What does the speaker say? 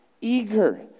Eager